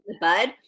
bud